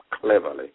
cleverly